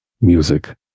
music